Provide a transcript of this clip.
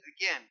again